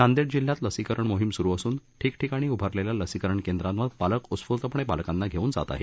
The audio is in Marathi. नांदेड जिल्ह्यातही लसीकरण मोहीम सुरु असून ठिकठिकाणी उभारलेल्या लसीकरण केंद्रावर पालक ऊत्स्फूर्तपणे बालकांना घेऊन जात आहेत